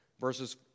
Verses